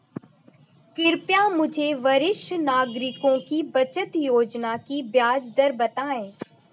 कृपया मुझे वरिष्ठ नागरिकों की बचत योजना की ब्याज दर बताएं